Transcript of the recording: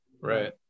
right